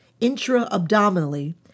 intra-abdominally